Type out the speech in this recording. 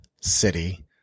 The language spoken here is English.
city